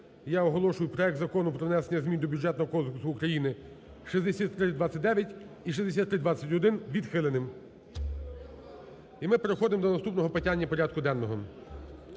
Я оголошую проект Закону про внесення змін до Бюджетного кодексу України (6329 і 6329-1) відхиленим. І ми переходимо до наступного питання порядку денного.